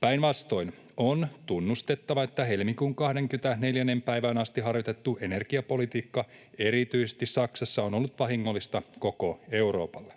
Päinvastoin on tunnustettava, että helmikuun 24. päivään asti harjoitettu energiapolitiikka erityisesti Saksassa on ollut vahingollista koko Euroopalle.